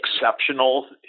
exceptional